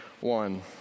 one